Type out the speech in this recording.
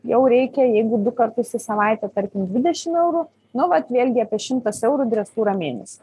jau reikia jeigu du kartus į savaitę tarkim dvidešim eurų nu vat vėlgi apie šimtas eurų dresūra mėnesį